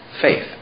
Faith